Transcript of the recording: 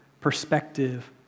perspective